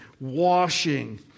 washing